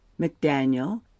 mcdaniel